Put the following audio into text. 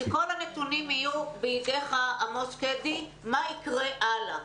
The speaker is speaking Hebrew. כשכל הנתונים יהיו בידיך, עמוס שקדי, מה יקרה אז?